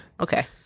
okay